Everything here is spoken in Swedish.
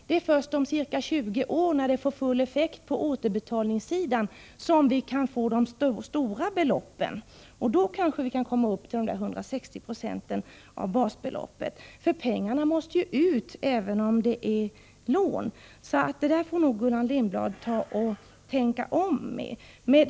Det är först om ca 20 år, när det får full effekt på återbetalningssidan, som vi kan få in de stora beloppen. Vid det tillfället kanske vi kan komma upp till 160 96 av basbeloppet. Pengarna måste ju betalas ut även om det är fråga om lån. Gullan Lindblad får nog tänka om i det avseendet.